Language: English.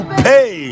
pay